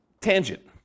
tangent